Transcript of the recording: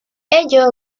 ello